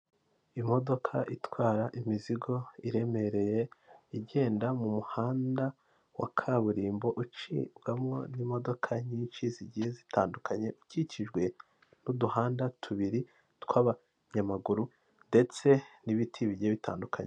Imodoka itwara imizigo iremereye igenda mu muhanda wa kaburimbo ucibwamo n'imodoka nyinshi zigiye zitandukanye ukikijwe n'uduhanda tubiri tw'abanyamaguru ndetse n'ibiti bigiye bitandukanye.